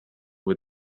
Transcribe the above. with